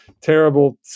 terrible